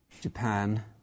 Japan